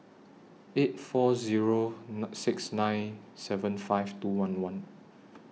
eight four Zero nine six nine seven five two one one